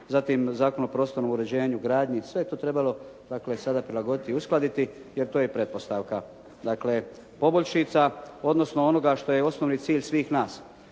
zatim Zakon o prostornom uređenju, gradnji. Sve je to trebalo dakle sada prilagoditi i uskladiti jer to je i pretpostavka. Dakle poboljšica odnosno onoga što je osnovni cilj svih nas.